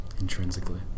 intrinsically